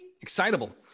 Excitable